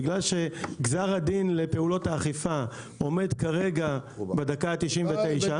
בגלל שגזר הדין לפעולות האכיפה עומד כרגע בדקה ה-99.